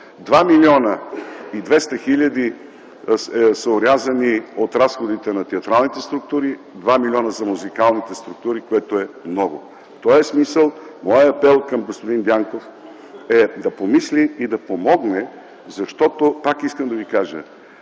милиона и 200 хил. лв. са орязани от разходите на театралните структури, 2 млн. лв. – за музикалните структури, което е много. В този смисъл моят апел към господин Дянков е да помисли и да помогне, защото, пак искам да ви кажа,